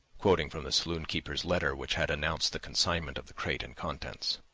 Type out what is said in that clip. quoting from the saloon-keeper's letter which had announced the consignment of the crate and contents.